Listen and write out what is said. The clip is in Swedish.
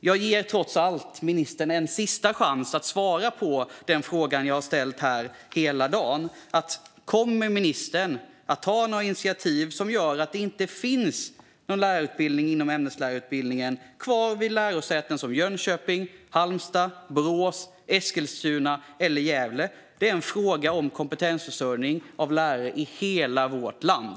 Jag ger ministern en sista chans att trots allt svara på den fråga jag har ställt under hela den här debatten: Kommer ministern att ta några initiativ som gör att det inte finns någon ämneslärarutbildning kvar vid lärosäten som Jönköping, Halmstad, Borås, Eskilstuna eller Gävle? Det är en fråga om kompetensförsörjning med lärare i hela vårt land.